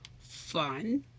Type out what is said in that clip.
fun